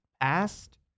past